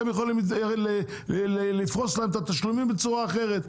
יכולים לפרוס להם את התשלומים בצורה אחרת.